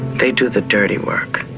they do the dirty work.